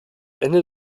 ende